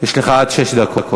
יש לך עד שש דקות.